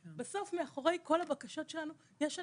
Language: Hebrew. בסוף מאחורי כל הבקשות שלנו יש אנשים.